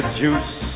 juice